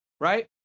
right